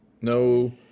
no